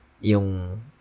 yung